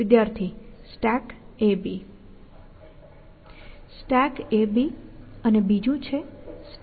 વિદ્યાર્થી StackAB StackAB અને બીજું છે StackBD